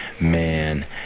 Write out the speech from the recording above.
man